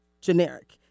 generic